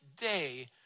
day